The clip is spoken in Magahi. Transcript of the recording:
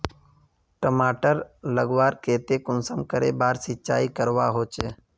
टमाटर उगवार केते कुंसम करे बार सिंचाई करवा होचए?